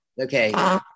Okay